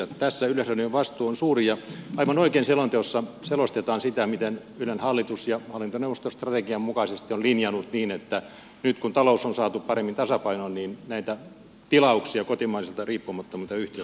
tässä yleisradion vastuu on suuri ja aivan oikein selonteossa selostetaan sitä miten ylen hallitus ja hallintoneuvosto strategian mukaisesti on linjannut niin että nyt kun talous on saatu paremmin tasapainoon näitä tilauksia kotimaisilta riippumattomilta yhtiöiltä lisätään